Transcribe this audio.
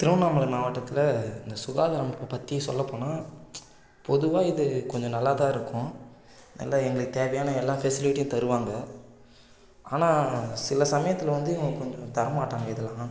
திருவண்ணாமலை மாவட்டத்தில் இந்த சுகாதார அமைப்பைப் பற்றி சொல்லப்போனால் பொதுவாக இது கொஞ்சம் நல்லாதான் இருக்கும் நல்லா எங்களுக்கு தேவையான எல்லாம் ஃபெஸிலிட்டியும் தருவாங்க ஆனால் சில சமயத்தில் வந்து இவங்க வந்து கொஞ்சம் தரமாட்டாங்க இதெல்லாம்